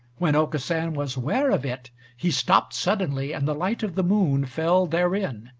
when aucassin was ware of it, he stopped suddenly, and the light of the moon fell therein.